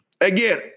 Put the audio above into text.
Again